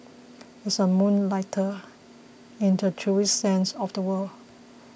he is a moonlighter in the truest sense of the word